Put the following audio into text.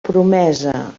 promesa